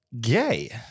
gay